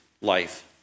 life